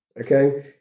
okay